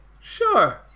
Sure